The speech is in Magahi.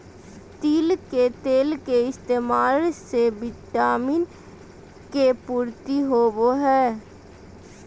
तिल के तेल के इस्तेमाल से विटामिन के पूर्ति होवो हय